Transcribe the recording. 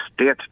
State